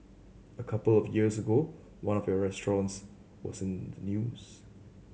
a couple of years ago one of your restaurants was in the news